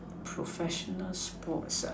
professional sports